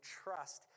trust